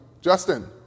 Justin